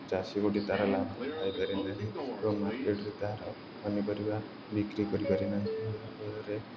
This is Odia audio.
ଚାଷୀ ଗୋଟି ତା'ର ଲାଭ ପାଇପାରେ ନାହିଁ ଏବଂ ମାର୍କେଟ୍ରେ ତା'ର ପନିପରିବା ବିକ୍ରି କରିପାରେ ନାହିଁ ଯାହାଫଳରେ